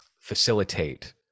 facilitate